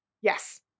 Yes